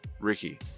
ricky